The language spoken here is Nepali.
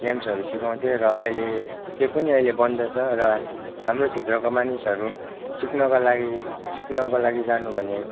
गेम्सहरू सिकाउँथे र अहिले त्यो पनि अहिले बन्द छ र हाम्रो क्षेत्रको मानिसहरू सिक्नको लागि सिक्नको लागि जानु हो भने